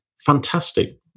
Fantastic